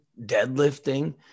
deadlifting